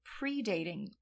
predating